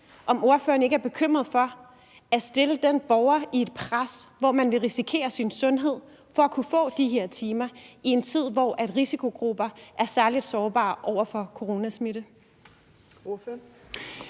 timer, herunder flere som er syge, under et pres, hvor den pågældende vil risikere sin sundhed for at kunne få de her timer i en tid, hvor risikogrupper er særligt sårbare over for coronasmitte.